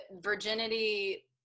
virginity